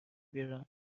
بیرون